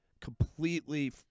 completely